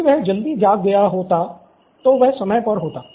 यदि वह जल्दी जाग गया होता तो वह समय पर होता